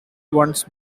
once